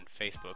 Facebook